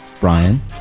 Brian